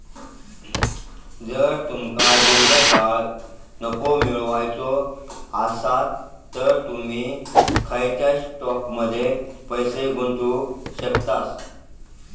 जर तुमका दीर्घकाळ नफो मिळवायचो आसात तर तुम्ही खंयच्याव स्टॉकमध्ये पैसे गुंतवू शकतास